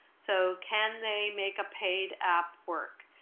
so can they make a paid app work?